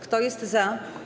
Kto jest za?